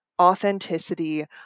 authenticity